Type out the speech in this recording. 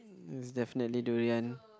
it's definitely durian